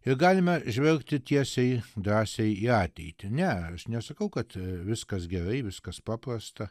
ir galime žvelgti tiesiai drąsiai į ateitį ne nesakau kad viskas gerai viskas paprasta